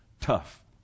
tough